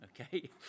Okay